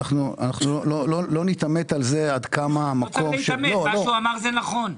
מה שהוא אמר, זה נכון.